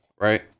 right